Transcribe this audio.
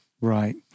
Right